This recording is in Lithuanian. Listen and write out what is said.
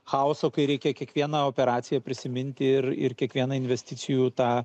chaoso kai reikia kiekvieną operaciją prisiminti ir ir kiekvieną investicijų tą